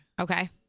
Okay